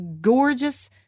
gorgeous